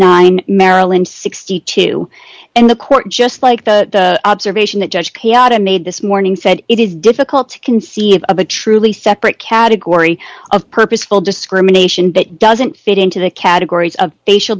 nine maryland sixty two and the court just like the observation that judge chaotic made this morning said it is difficult to conceive of a truly separate category of purposeful discrimination that doesn't fit into the categories of facial